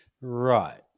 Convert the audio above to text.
Right